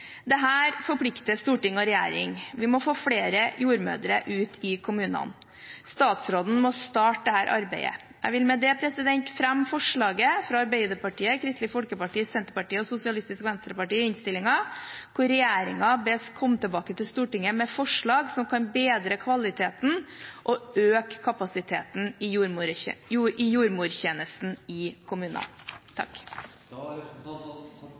forplikter storting og regjering. Vi må få flere jordmødre ut i kommunene. Statsråden må starte dette arbeidet. Jeg vil med dette fremme forslaget fra Arbeiderpartiet, Kristelig Folkeparti, Senterpartiet og Sosialistisk Venstreparti i innstillingen, hvor regjeringen bes komme tilbake til Stortinget med forslag som kan bedre kvaliteten og øke kapasiteten i jordmortjenesten i kommunene. Representanten Ingvild Kjerkol har tatt opp det forslaget hun refererte til. Å styrke jordmortjenesten er